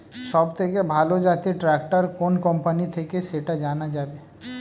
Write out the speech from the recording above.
সবথেকে ভালো জাতের ট্রাক্টর কোন কোম্পানি থেকে সেটা জানা যাবে?